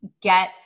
get